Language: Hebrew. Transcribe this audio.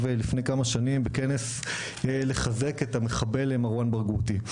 לפני כמה שנים בכנס לחזק את המחבל מרואן ברגותי,